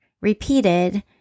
repeated